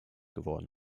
geworden